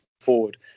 forward